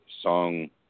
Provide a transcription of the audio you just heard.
song